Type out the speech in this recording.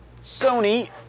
Sony